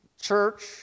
church